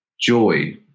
joy